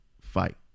fight